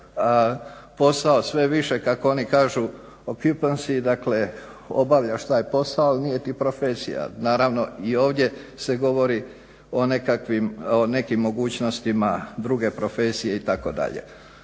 posao sve više kako oni kažu …/Govornik se ne razumije./… Dakle, obavljaš taj posao ali nije ti profesija. Naravno i ovdje se govori o nekim mogućnostima druge profesije itd.